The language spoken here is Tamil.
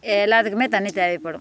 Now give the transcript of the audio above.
எல்லாத்துக்குமே தண்ணி தேவைப்படும்